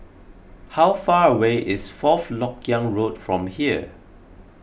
how far away is Fourth Lok Yang Road from here